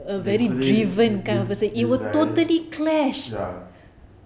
basically this this guy ya